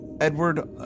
Edward